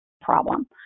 problem